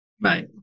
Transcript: right